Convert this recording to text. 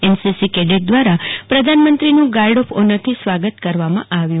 NCC cadet દવારા પ્રધાનમંત્રીનુ guard of ઓનરથી સ્વાગત કરવામાં આવ્યું